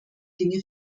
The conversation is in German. dinge